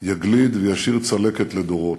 יגליד וישאיר צלקת לדורות.